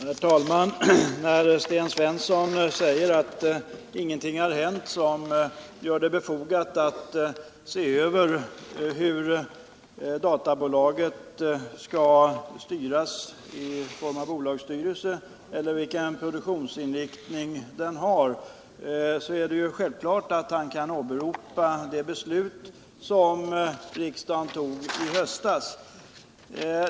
Herr talman! När Sten Svensson säger att ingenting har hänt som gör det befogat att se över om databolaget bör styras av en bolagsstyrelse och vilken produktionsinriktning det bör ha kan man självfallet åberopa det beslut som riksdagen fattade i höstas.